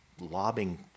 lobbing